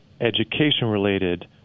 education-related